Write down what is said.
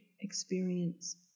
experience